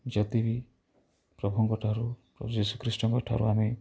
ଯଦି ବି ପ୍ରଭୁଙ୍କଠାରୁ ପ୍ରଭୁ ଜିସୁ ଖ୍ରୀଷ୍ଟଙ୍କଠାରୁ ଆମେ